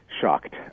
Shocked